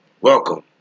welcome